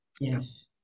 yes